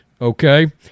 okay